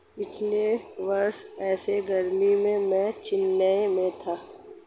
पिछले वर्ष ऐसी गर्मी में मैं चेन्नई में था